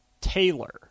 Taylor